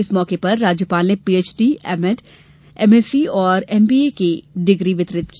इस मौके पर राज्यपाल ने पीएचडी एमएड एमएससी और एमबीए की डिग्री वितरित की